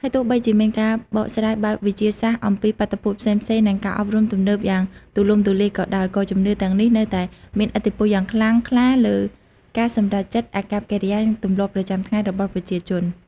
ហើយទោះបីជាមានការបកស្រាយបែបវិទ្យាសាស្ត្រអំពីបាតុភូតផ្សេងៗ និងការអប់រំទំនើបយ៉ាងទូលំទូលាយក៏ដោយ ក៏ជំនឿទាំងនេះនៅតែមានឥទ្ធិពលយ៉ាងខ្លាំងក្លាលើការសម្រេចចិត្ត អាកប្បកិរិយា និងទម្លាប់ប្រចាំថ្ងៃរបស់ប្រជាជន។